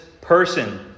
person